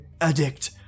addict